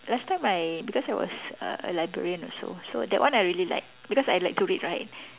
last time I because I was a a librarian also so that one I really like because I like to read right